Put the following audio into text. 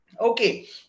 Okay